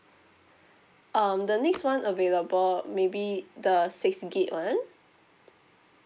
um the next one available maybe the six gig one